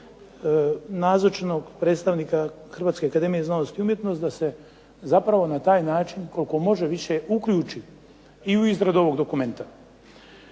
nazočnog predstavnika Hrvatske akademije znanosti i umjetnosti da se zapravo na taj način koliko može više uključi i u izradu ovog dokumenta.